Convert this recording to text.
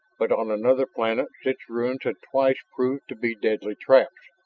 but on another planet such ruins had twice proved to be deadly traps,